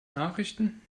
nachrichten